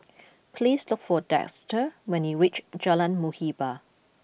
please look for Dexter when you reach Jalan Muhibbah